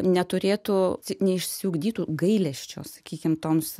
neturėtų neišsiugdytų gailesčio sakykim toms